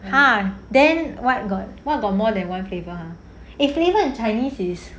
!huh! then what got what got more than one flavour !huh! eh flavour in chinese is